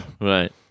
Right